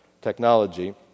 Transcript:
technology